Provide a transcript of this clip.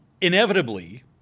inevitably